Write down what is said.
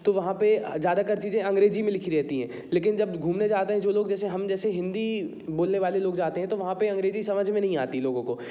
तो वहाँ पे ज़्यादातर चीज़ें अंग्रेजी में लिखी रहती है लेकिन जब घूमने जाते हैं जो लोग जैसे हम जैसे हिंदी बोलने वाले लोग जाते हैं तो वहाँ पे अंग्रेजी समझ में नहीं आती लोगों को